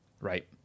Right